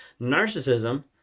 narcissism